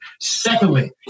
Secondly